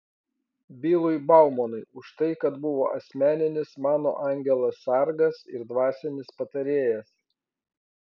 bilui baumanui už tai kad buvo asmeninis mano angelas sargas ir dvasinis patarėjas